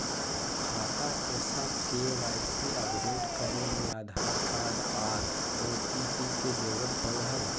खाता के साथ के.वाई.सी अपडेट करे ले आधार कार्ड आर ओ.टी.पी के जरूरत पड़ो हय